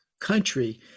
country